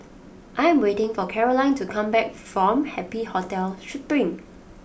I am waiting for Caroline to come back from Happy Hotel Spring